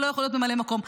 ולא יכול להיות ממלא מקום.